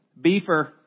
beefer